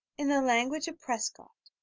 in the language of prescott,